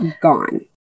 gone